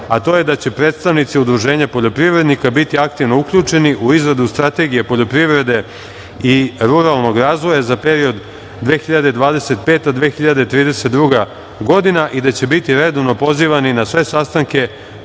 a to je da će predstavnici Udruženja poljoprivrednika biti aktivno uključeni u izradi strategije poljoprivrede i ruralnog razvoja za period 2025/2032. godina i da će biti redovno pozivani na sve sastanke